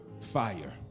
fire